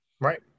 Right